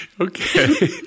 Okay